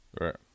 Right